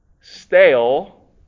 stale